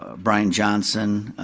ah brian johnson,